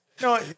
No